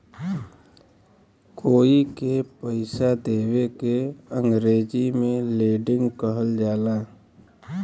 कोई के पइसा देवे के अंग्रेजी में लेंडिग कहल जाला